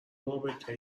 رابطه